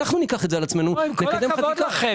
אנחנו ניקח את זה על עצמנו ונקדם חקיקה.